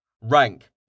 Rank